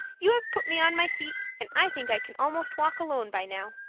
you have put me on my feet and i think i can almost walk alone by now.